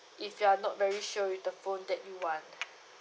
if you're not very sure with the phone that you want